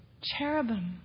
Cherubim